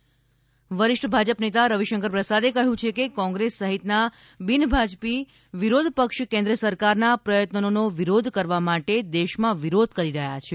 રવિશંકર પ્રસાદ વરીષ્ઠ ભાજપ નેતા રવિશંકર પ્રસાદે કહ્યું છે કે કોંગ્રેસ સહિત ના બિન ભાજપી વિરોધ પક્ષ કેન્દ્ર સરકારના પ્રથત્નોનો વિરોધ કરવા માટે દેશમાં વિરોધ કરી રહ્યા છે